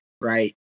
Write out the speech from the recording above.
right